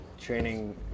training